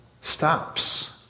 stops